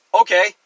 Okay